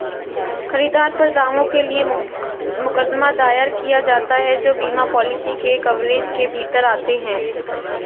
खरीदार पर दावों के लिए मुकदमा दायर किया जाता है जो बीमा पॉलिसी के कवरेज के भीतर आते हैं